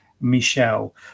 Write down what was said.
michelle